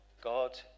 God